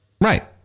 Right